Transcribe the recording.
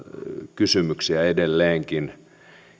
kysymyksiä edelleenkin